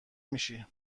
میشی